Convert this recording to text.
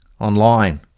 online